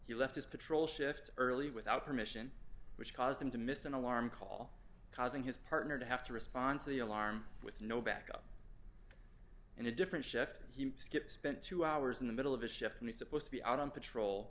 he left his patrol shift early without permission which caused him to miss an alarm call causing his partner to have to respond to the alarm with no backup and a different shift he skipped spent two hours in the middle of a shift in the supposed to be out on patrol